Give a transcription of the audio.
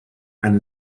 and